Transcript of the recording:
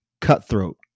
cutthroat